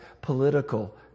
political